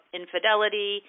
infidelity